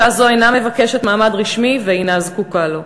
אישה זו אינה מבקשת מעמד רשמי ואינה זקוקה לו.